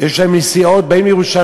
יש להם נסיעות, באים לירושלים,